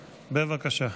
בבקשה.